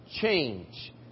change